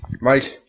Mike